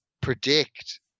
predict